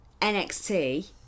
NXT